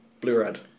Blue-red